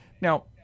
Now